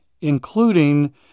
including